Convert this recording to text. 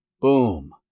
Boom